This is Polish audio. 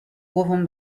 głową